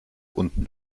unten